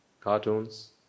Cartoons